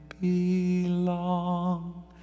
belong